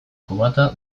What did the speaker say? kubata